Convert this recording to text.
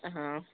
ਹਾਂ